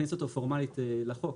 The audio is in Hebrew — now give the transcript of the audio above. ולהכניס אותו פורמאלית לחוק.